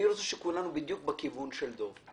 אני רוצה שנחשוב כולנו בדיוק בכיוון של דב חנין,